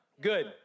Good